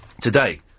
today